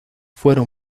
fueron